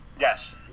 Yes